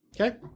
okay